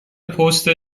پست